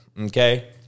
okay